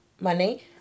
money